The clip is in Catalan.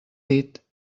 dit